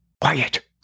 Quiet